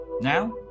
Now